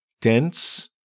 dense